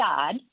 God